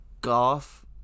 golf